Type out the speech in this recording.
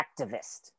activist